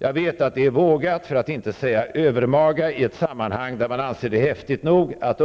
Jag vet att det är vågat, för att inte säga övermaga, i ett sammanhang där man anser det vara häftigt nog att